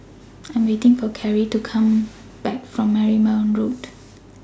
I Am waiting For Carey to Come Back from Marymount Road